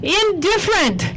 indifferent